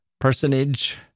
personage